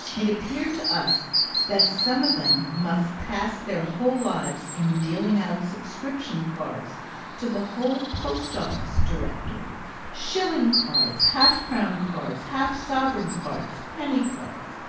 it appeared to us that some of them must pass their whole lives in dealing out subscription-cards to the whole post-office directory shilling cards, half-crown cards, half-sovereign cards, penny cards.